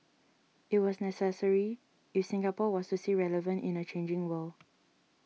it was necessary if Singapore was to stay relevant in a changing world